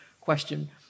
question